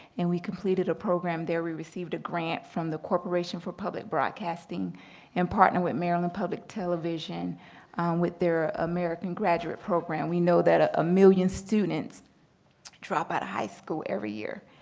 and we completed a program there. we received a grant from the corporation for public broadcasting and partnered with maryland public television with their american graduate program. we know that ah a million students drop out of high school every year.